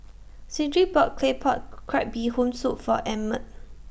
Cedrick bought Claypot Crab Bee Hoon Soup For Emmett